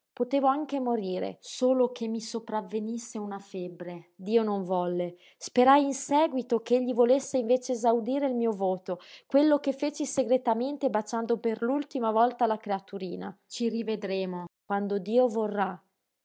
potevo anche morire solo che mi sopravvenisse una febbre dio non volle sperai in seguito ch'egli volesse invece esaudire il mio voto quello che feci segretamente baciando per l'ultima volta la creaturina ci rivedremo quando dio vorrà